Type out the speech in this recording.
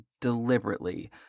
deliberately